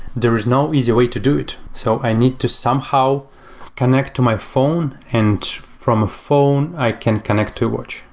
there is no easy way to do it. so i need to somehow connect to my phone. and from a phone, i can connect to a watch.